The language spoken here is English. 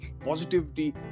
positivity